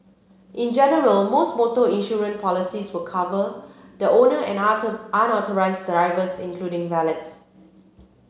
in general most motor insurance policies will cover the owner and authorised drivers including valets